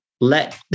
let